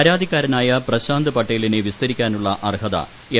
പരാതിക്കാരനായ പ്രശാന്ത് പട്ടേലിന്റെ വിസ്തരിക്കാനുള്ള അർഹത എം